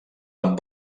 amb